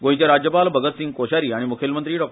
गोंयचे राज्यपाल भगतसिंग कोश्यारी आनी म्खेलमंत्री डा